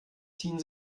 ziehen